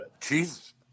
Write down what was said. Jesus